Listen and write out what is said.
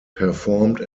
performed